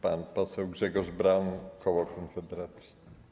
Pan poseł Grzegorz Braun, koło Konfederacji.